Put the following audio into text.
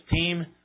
team